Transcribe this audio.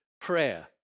prayer